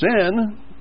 sin